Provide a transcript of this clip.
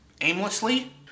Aimlessly